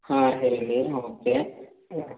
ಹಾಂ ಸರಿ ಓಕೆ ಹ್ಞೂ